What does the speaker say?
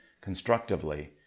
constructively